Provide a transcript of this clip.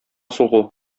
сугу